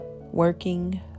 Working